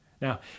Now